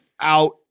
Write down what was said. out